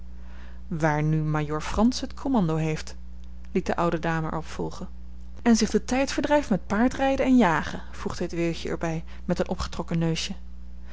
waar nu majoor frans het commando heeft liet de oude dame er op volgen en zich den tijd verdrijft met paardrijden en jagen voegde het weeuwtje er bij met een opgetrokken neusje